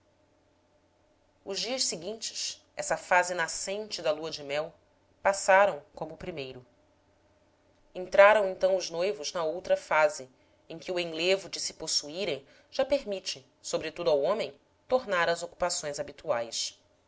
os dias seguintes essa fase nascente da lua-de-mel passaram como o primeiro entraram então os noivos na outra fase em que o enlevo de se possuírem já permite sobretudo ao homem tornar às ocupações habituais